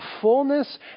fullness